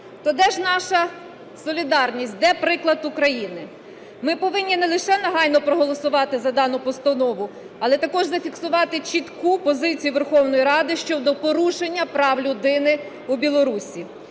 То де ж наша солідарність, де приклад України? Ми повинні не лише негайно проголосувати за дану постанову, але також зафіксувати чітку позицію Верховної Ради щодо порушення прав людини у Білорусі.